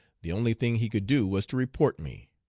the only thing he could do was to report me.